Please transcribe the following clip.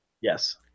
yes